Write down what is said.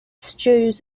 stews